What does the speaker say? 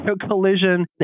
collision